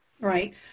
Right